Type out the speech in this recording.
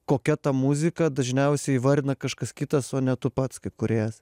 kokia ta muzika dažniausiai įvardina kažkas kitas o ne tu pats kaip kūrėjas